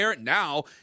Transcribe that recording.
now